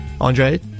Andre